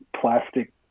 plastic